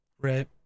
Right